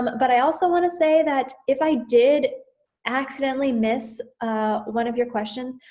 but i also wanna say that if i did accidentally missed ah one of your questions,